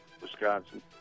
Wisconsin